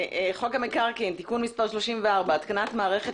המקרקעין (תיקון מס' 34) (התקנת מערכת